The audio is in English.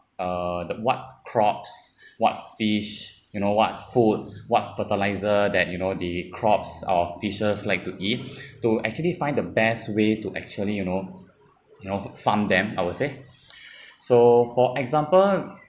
err the what crops what fish you know what food what fertiliser that you know the crops or fishes like to eat to actually find the best way to actually you know you know fa~ farm them I would say so for example